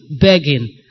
begging